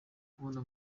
kubona